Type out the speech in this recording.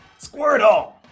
Squirtle